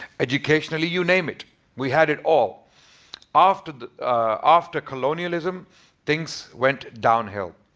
educationally. you name it we had it all after after colonialism things went downhill.